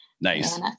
Nice